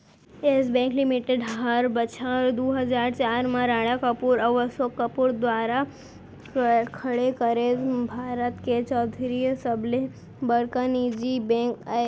yes Bank Limited हर बछर दू हजार चार म राणा कपूर अउ असोक कपूर दुवारा खड़े करे भारत के चैथइया सबले बड़का निजी बेंक अय